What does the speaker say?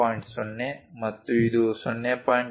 0 ಮತ್ತು ಇದು 0